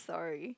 sorry